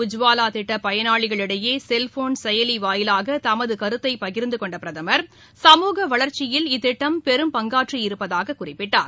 உஜ்வாலாதிட்டபயனாளிகளிடையேசெல்போன் செயலிவாயிலாகதமதுகருத்தைபகிர்ந்தகொண்டபிரதமர் சமூக வளர்ச்சியில் இத்திட்டம் பெரும்பங்காற்றி இருப்பதாககுறிப்பிட்டார்